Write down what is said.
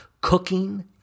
cooking